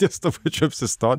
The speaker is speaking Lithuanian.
ties tuo pačiu apsistot